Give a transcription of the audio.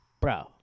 Bro